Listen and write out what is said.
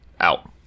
out